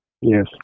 Yes